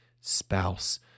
spouse